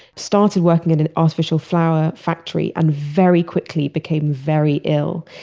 started working at an artificial flower factory and very quickly became very ill.